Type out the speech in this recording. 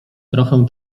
trochę